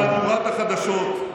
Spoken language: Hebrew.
או הידיעה במהדורת החדשות.